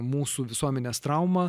mūsų visuomenės trauma